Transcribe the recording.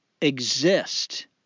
exist